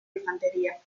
infantería